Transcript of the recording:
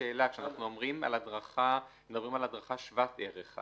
כשאנחנו מדברים על הדרכה שוות ערך,